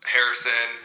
Harrison